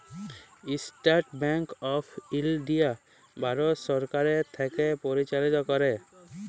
State bank of India Bharat সরকার থ্যাকে পরিচালিত ক্যরে